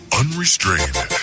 unrestrained